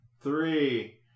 three